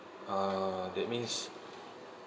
uh that means